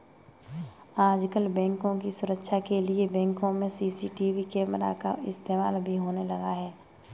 आजकल बैंकों की सुरक्षा के लिए बैंकों में सी.सी.टी.वी कैमरा का इस्तेमाल भी होने लगा है